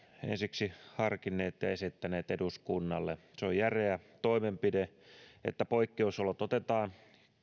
ensiksi harkinneet ja esittäneet eduskunnalle se on järeä toimenpide että poikkeusolot otetaan